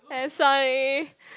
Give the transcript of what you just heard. sorry